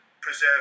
preserve